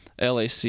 lac